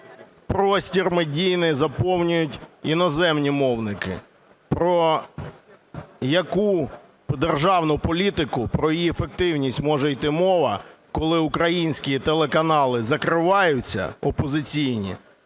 простір медійний заповнюють іноземні мовники. Про яку державну політику, про її ефективність може йти мова, коли українські телеканали закриваються опозиційні,